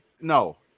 no